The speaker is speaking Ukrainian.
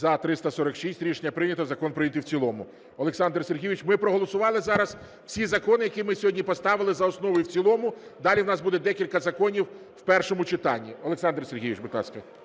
За – 346 Рішення прийнято. Закон прийнятий в цілому. Олександр Сергійович, ми проголосували зараз всі закони, які ми сьогодні поставили за основу і в цілому. Далі в нас буде декілька законів в першому читанні. Олександр Сергійович, будь ласка.